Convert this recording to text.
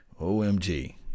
OMG